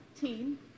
team